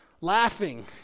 laughing